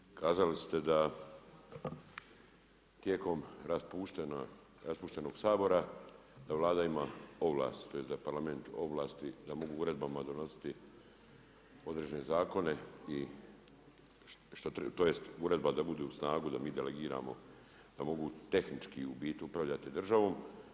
Kolega Šipiću kazali ste da tijekom raspuštenog Sabora da Vlada ima ovlast, tj. da Parlament ovlasti da mogu uredbama donositi određene zakone tj. uredba da bude snagu, da mi delegiramo da mogu tehnički u biti upravljati državom.